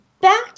Back